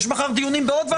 יש מחר דיונים בעוד ועדות.